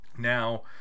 Now